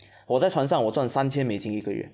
我在船上我赚三千美金一个月